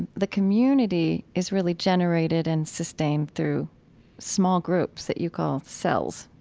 the community is really generated and sustained through small groups that you call cells,